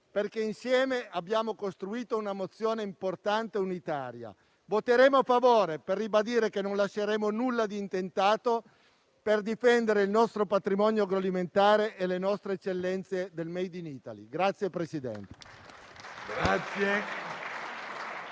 perché insieme abbiamo costruito una mozione importante e unitaria. Voteremo a favore, per ribadire che non lasceremo nulla di intentato per difendere il nostro patrimonio agroalimentare e le nostre eccellenze del *made in Italy*.